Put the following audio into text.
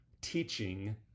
teaching